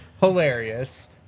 hilarious